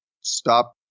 stop